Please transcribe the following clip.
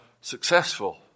successful